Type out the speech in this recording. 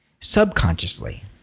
subconsciously